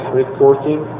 reporting